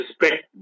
respect